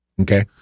Okay